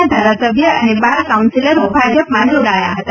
ના ધારાસભ્ય અને બાર કાઉન્સીલરો ભાજપમાં જોડાયા હતા